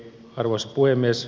arvoisa puhemies